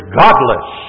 godless